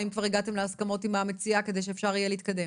האם כבר הגעתם להסכמות עם המציעה כדי שאפשר יהיה להתקדם?